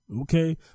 Okay